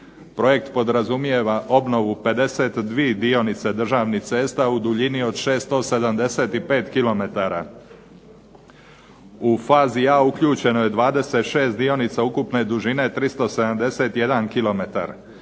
Projekt podrazumijeva obnovu 52 dionice državnih cesta u duljini od 675 km. U fazi A uključeno je 26 dionica ukupne dužine 371 km